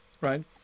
right